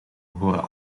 behoren